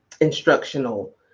instructional